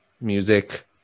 music